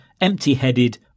empty-headed